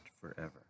forever